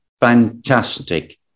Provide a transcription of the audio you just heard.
Fantastic